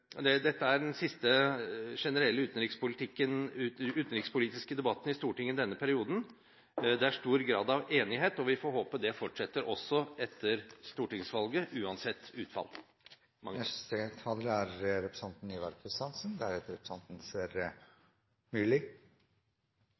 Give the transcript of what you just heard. Dette er den siste generelle utenrikspolitiske debatten i Stortinget i denne perioden. Det er stor grad av enighet, og vi får håpe at det fortsetter også etter stortingsvalget – uansett utfall.